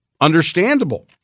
Understandable